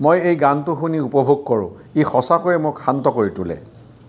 মই এই গানটো শুনি উপভোগ কৰোঁ ই সঁচাকৈয়ে মোক শান্ত কৰি তোলে